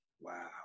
wow